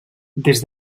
des